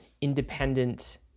independent